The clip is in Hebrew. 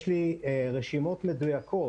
יש לי רשימות מדויקות,